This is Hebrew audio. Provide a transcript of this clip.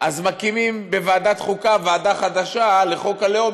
אז מקימים בוועדת החוקה ועדה חדשה לחוק הלאום,